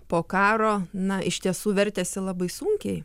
po karo na iš tiesų vertėsi labai sunkiai